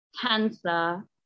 Cancer